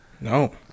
No